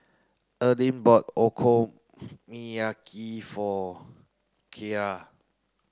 Eryn bought Okonomiyaki for Kyra